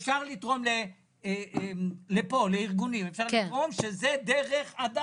אפשר לתרום לארגונים דרך הדסה.